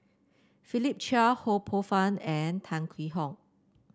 Philip Chia Ho Poh Fun and Tan Hwee Hock